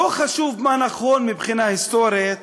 לא חשוב מה נכון מבחינה היסטורית